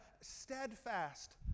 steadfast